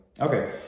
Okay